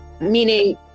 Meaning